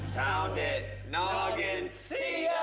pound it. noggin. see